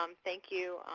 um thank you,